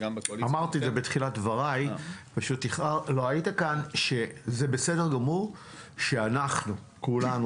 אמרתי את זה בתחילת דבריי שזה בסדר גמור שאנחנו כולנו,